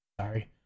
sorry